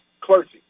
clergy